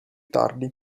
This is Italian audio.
tardi